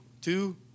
Two